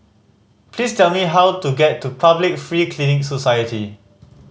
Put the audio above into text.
please tell me how to get to Public Free Clinic Society